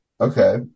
Okay